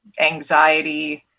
anxiety